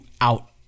out